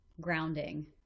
Grounding